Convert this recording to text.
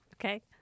Okay